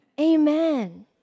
amen